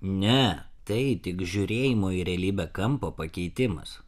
ne tai tik žiūrėjimo į realybę kampo pakeitimas